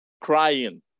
crying